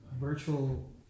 virtual